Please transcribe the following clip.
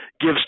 gives